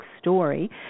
Story